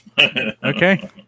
Okay